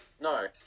No